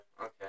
okay